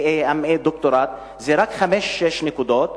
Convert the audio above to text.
.B.Ed, .B.A, .M.A, דוקטורט, זה רק חמש-שש נקודות,